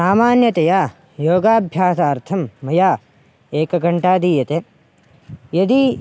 सामान्यतया योगाभ्यासार्थं मया एकघण्टा दीयते यदि